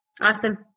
Awesome